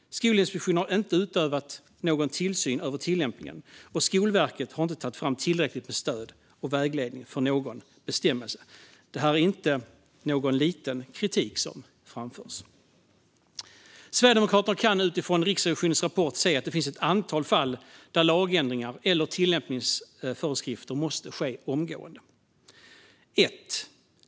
Skolinspektionen har inte utövat någon tillsyn över tillämpningen, och Skolverket har inte tagit fram tillräckligt med stöd och vägledning för någon bestämmelse. Det är inte någon liten kritik som framförs. Sverigedemokraterna kan utifrån Riksrevisionens rapport se att det finns ett antal fall där lagändringar eller tillämpningsföreskrifter måste ske omgående.